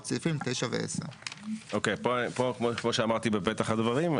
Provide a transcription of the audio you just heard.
סעיפים 9 ו-10.";" כמו שאמרתי בפתח הדברים,